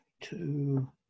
two